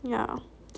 yeah